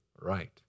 right